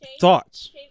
thoughts